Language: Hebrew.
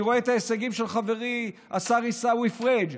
אני רואה את ההישגים של חברי השר עיסאווי פריג',